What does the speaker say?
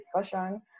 discussion